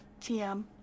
TM